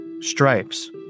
stripes